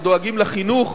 שדואגים לחינוך,